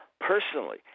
personally